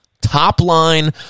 Top-line